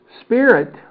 spirit